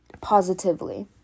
positively